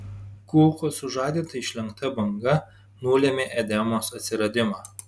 kulkos sužadinta išlenkta banga nulėmė edemos atsiradimą